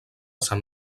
sant